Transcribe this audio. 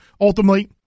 ultimately